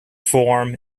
form